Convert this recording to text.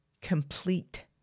complete